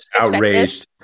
outraged